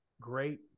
great